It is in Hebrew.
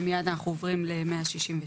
ומיד אנחנו עוברים ל-166.